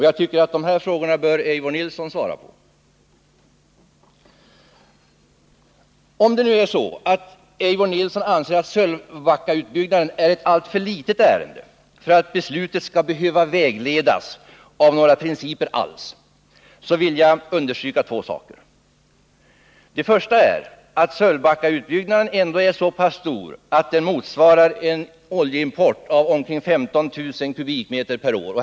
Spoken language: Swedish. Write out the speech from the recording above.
Jag tycker att de här frågorna bör Eivor Nilson svara på. Om Eivor Nilson anser att Sölvbackautbyggnaden är ett alltför litet ärende för att beslutet skall behöva vägledas av några principer alls, så vill jag understryka två saker. Den första är att Sölvbackautbyggnaden ändå är så pass stor att den motsvarar en oljeimport av omkring 15 000 kubikmeter per år.